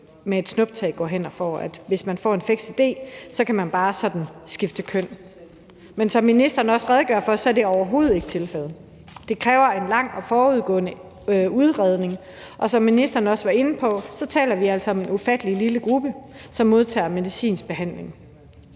med et snuptag går hen og får, altså at hvis man får en fiks idé, kan man bare sådan skifte køn. Men som ministeren også redegør for, er det overhovedet ikke tilfældet. Det kræver en lang forudgående udredning, og som ministeren også var inde på, taler vi altså om en ufattelig lille gruppe, som modtager medicinsk behandling.